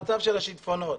השיטפונות.